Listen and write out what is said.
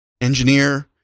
Engineer